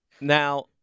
Now